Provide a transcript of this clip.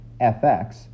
fx